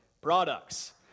products